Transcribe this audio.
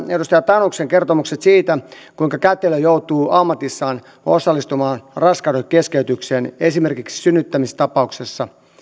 edustaja tanuksen kertomukset siitä kuinka kätilö joutuu ammatissaan osallistumaan raskaudenkeskeytykseen esimerkiksi synnyttämistapauksessa